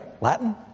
Latin